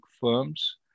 firms